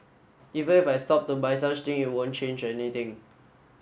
even if I stop to buy such thing it won't change anything